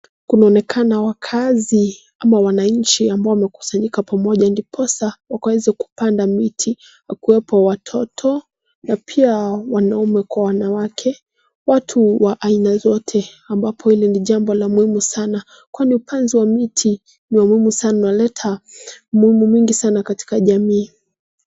Kunaonekana wakazi ama wananchi ambao wamekusanyika pamoja, ndiposa wakaweze kupanda miti kwa kuwepo watoto na pia wanaume kwa wanawake. Watu wa aina zote ambapo hili ni jambo la muhimu sana, kwani upanzi wa miti ni wa muhimu sana. Unaleta muhimu mingi sana katika jamii.